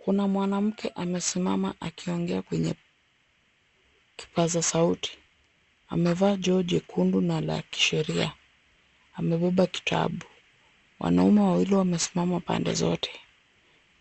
Kuna mwanamke amesimama akiongea kwenye kipaza sauti amevaa joho jekundu na la kisheria amebeba kitabu. Wanaume wawili wamesimama pande zote.